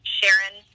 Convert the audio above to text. Sharon